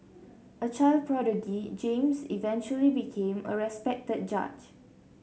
a child prodigy James eventually became a respected judge